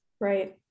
Right